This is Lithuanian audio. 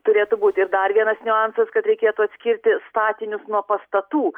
turėtų būti ir dar vienas niuansas kad reikėtų atskirti statinius nuo pastatų